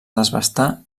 desbastar